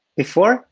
before,